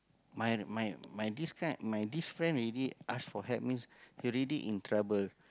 my my my this kind my this friend already ask for help means he already in trouble